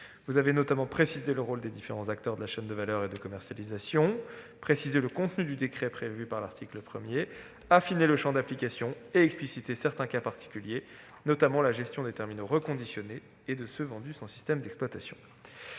Vous avez précisé le rôle des différents acteurs de la chaîne de valeur et de commercialisation, détaillé le contenu du décret prévu par l'article 1, affiné le champ d'application et explicité certains cas particuliers, notamment la gestion des terminaux reconditionnés et de ceux qui sont vendus sans système d'exploitation.